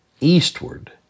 eastward